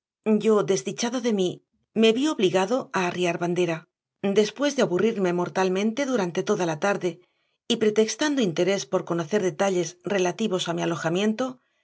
yo desdichado de mí me vi obligado a arriar bandera después de aburrirme mortalmente durante toda la tarde y pretextando interés por conocer detalles relativos a mi alojamiento